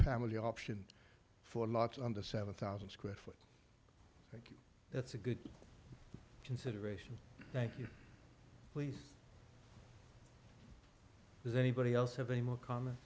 family option for lots under seven thousand square foot that's a good consideration thank you please does anybody else have a more comm